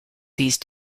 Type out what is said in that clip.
these